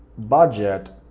budget,